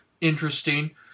interesting